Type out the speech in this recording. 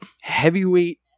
heavyweight